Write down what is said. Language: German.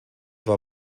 war